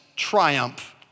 triumph